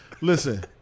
Listen